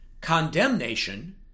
condemnation